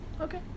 Okay